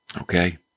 Okay